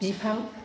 बिफां